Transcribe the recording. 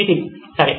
నితిన్ సరే